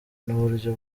n’uburyo